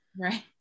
Right